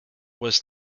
was